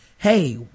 hey